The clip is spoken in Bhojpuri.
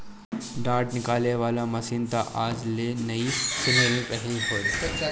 डाँठ निकाले वाला मशीन तअ आज ले नाइ सुनले रहलि हई